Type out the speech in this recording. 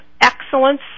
excellence